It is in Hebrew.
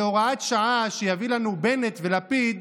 הוראת שעה שיביאו לנו בנט ולפיד,